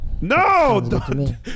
No